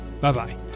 Bye-bye